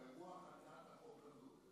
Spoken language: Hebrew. ברוח הצעת החוק הזאת.